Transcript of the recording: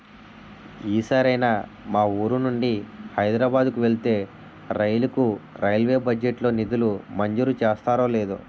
ఈ సారైనా మా వూరు నుండి హైదరబాద్ కు వెళ్ళే రైలుకు రైల్వే బడ్జెట్ లో నిధులు మంజూరు చేస్తారో లేదో